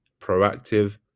proactive